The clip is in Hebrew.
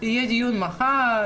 יהיה דיון מחר.